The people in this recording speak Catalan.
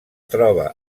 troba